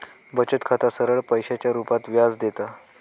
बचत खाता सरळ पैशाच्या रुपात व्याज देता